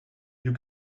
you